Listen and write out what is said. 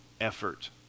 effort